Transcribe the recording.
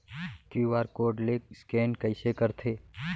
QR code ले scan कइसे करथे?